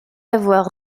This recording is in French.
avoir